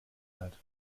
alt